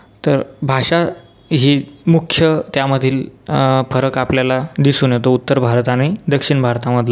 तर भाषा ही मुख्य त्यामधील फरक आपल्याला दिसून येतो उत्तर भारत आणि दक्षिण भारतामधला